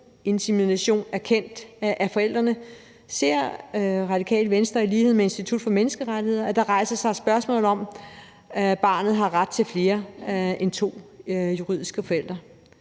hjemmeinsemination erkendt af forældrene ser Radikale Venstre i lighed med Institut for Menneskerettigheder, at der rejser sig et spørgsmål om, om barnet har ret til flere end to juridiske forældre.